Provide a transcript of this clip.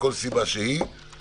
מכול סיבה שהיא,